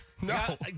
No